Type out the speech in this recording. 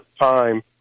time